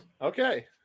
Okay